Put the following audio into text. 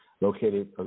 located